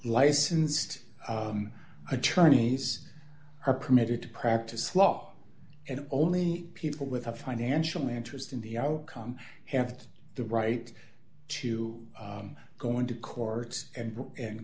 licensed attorneys are permitted to practice law and only people with a financial interest in the outcome have the right to go into court and